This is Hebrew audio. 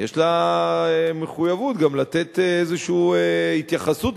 יש לה מחויבות גם לתת איזושהי התייחסות,